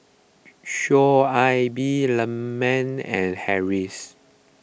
Shoaib Leman and Harris